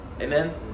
Amen